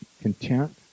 content